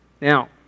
Now